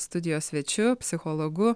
studijos svečiu psichologu